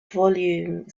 volume